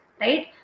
right